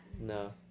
No